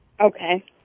Okay